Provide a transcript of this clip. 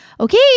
Okay